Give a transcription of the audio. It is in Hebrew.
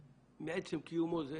מעצם קיומו זה